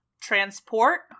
Transport